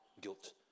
guilt